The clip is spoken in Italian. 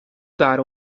dare